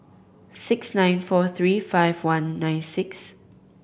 six nine four three five one nine six